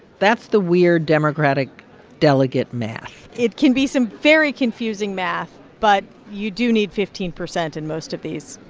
that's the weird democratic delegate math it can be some very confusing math, but you do need fifteen percent in most of these.